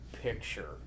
picture